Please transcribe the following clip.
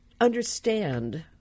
understand